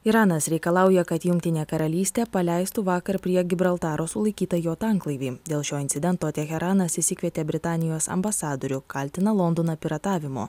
iranas reikalauja kad jungtinė karalystė paleistų vakar prie gibraltaro sulaikytą jo tanklaivį dėl šio incidento teheranas išsikvietė britanijos ambasadorių kaltina londoną piratavimu